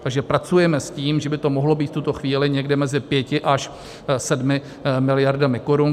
Takže pracujeme s tím, že by to mohlo být v tuto chvíli někde mezi 5 až 7 miliardami korun.